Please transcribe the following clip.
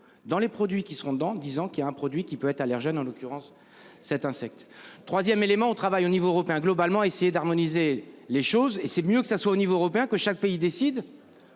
dans les produits qui seront dans disant ans qu'il a un produit qui peuvent être allergènes en l'occurrence cet insecte 3ème élément au travail au niveau européen globalement essayer d'harmoniser les choses et c'est mieux que ça soit au niveau européen que chaque pays décide.